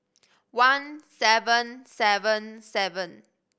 one seven seven seven